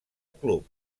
club